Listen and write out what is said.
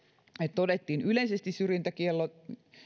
todettiin yleisesti syrjintäkielto